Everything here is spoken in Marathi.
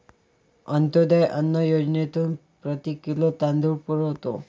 अंत्योदय अन्न योजनेतून प्रति किलो तांदूळ पुरवतो